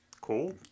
Cool